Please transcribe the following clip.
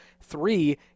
Three